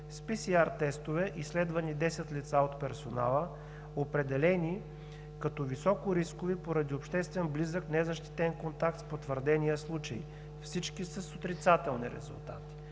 с PCR тестове са изследвани 10 лица от персонала, определени като високорискови поради обществен близък незащитен контакт с потвърдения случай. Всички са с отрицателни резултати.